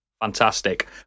fantastic